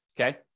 okay